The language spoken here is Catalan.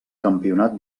campionat